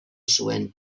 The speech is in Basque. zuen